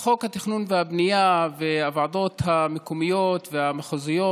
חוק התכנון והבנייה והוועדות המקומיות והמחוזיות,